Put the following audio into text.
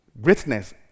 Greatness